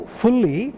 fully